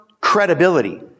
credibility